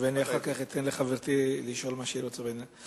ואני אחר כך אתן לחברתי לשאול מה שהיא רוצה בעניין.